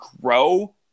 grow